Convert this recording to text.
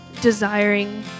desiring